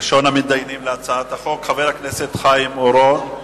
ראשון המתדיינים בהצעת החוק חבר הכנסת חיים אורון.